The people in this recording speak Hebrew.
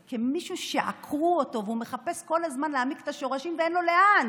זה כמישהו שעקרו אותו והוא מחפש כל הזמן להעמיק את השורשים ואין לו לאן.